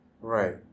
Right